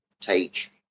take